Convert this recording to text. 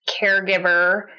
caregiver